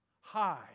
high